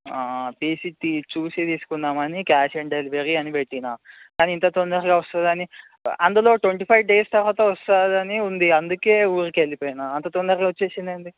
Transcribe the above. తీసి చూసి తీసుకుందాం అని క్యాష్ ఆన్ డెలివరీ అని పెట్టిన కానీ ఇంత తొందరగా వస్తుందని అందులో ట్వంటీ ఫైవ్ డేస్ తర్వాత వస్తుందని ఉంది అందుకే ఊరికి వెళ్ళిపోయిన అంత తొందరగా వచ్చింది ఏంది